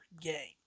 game